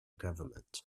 government